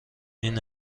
این